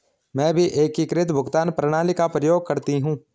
मैं भी एकीकृत भुगतान प्रणाली का प्रयोग करती हूं